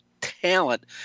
talent